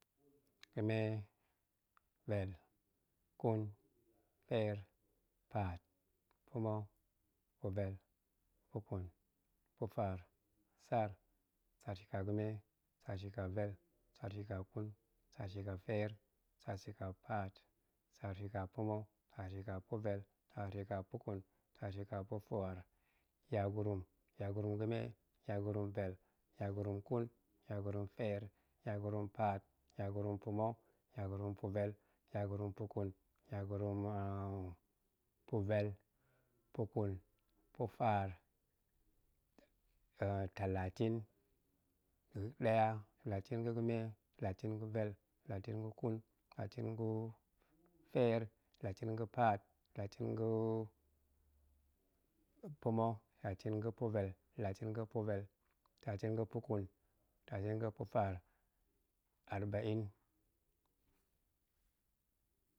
Ga̱me, vel, kun, feer, paat pa̱ma̱, pa̱vel, pa̱kun, pa̱faar tsar, tsar shika ga̱me, tsar shika vel, tsar shika kun, tsar shika feer, tsar shika paat, tsar shika pa̱ma̱, tsar shika pa̱vel, tsar shika pa̱kun, tsar shika pa̱kun tsar shika pa̱faar, yagurum, yagurum, ga̱me, yagurum vel yagurum kun, yagurum feer, yagurum paat, yagurum pa̱ma̱ yagurum pa̱vel, yagurum pa̱kun, yagurum pa̱ vel, pa̱taar, talatin talatin ga ɗaya, talatin ga̱ ga̱me, ta lating gavel, talatin ga̱kun, talating ga̱feer talatin gapaat, talatin ga̱ pa̱ma̱, talatin ga̱vel, talatin ga̱ pa̱vel, talatin ga̱ pa̱kun talatin ga̱ pa̱faar, arbanin.